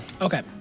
okay